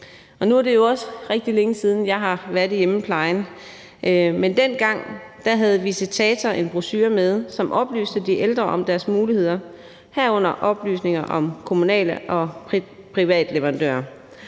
Nu er det jo også rigtig længe siden, jeg har været i hjemmeplejen, men dengang havde visitatoren en brochure med, som oplyste de ældre om deres muligheder, herunder oplysninger om kommunale og private leverandører.